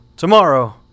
Tomorrow